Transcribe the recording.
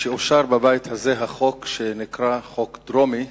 כשאושר בבית הזה החוק שנקרא "חוק דרומי"